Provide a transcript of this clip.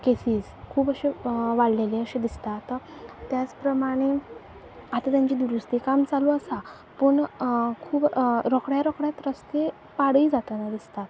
cases खूब अश्यो वाडलेले अशें दिसता त्याच प्रमाणे आतां तेंची दुरुस्ती काम चालू आसा पूण खूब रोखड्या रोखड्यात रस्ते पाडूय जाता दिसता